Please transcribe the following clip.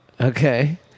okay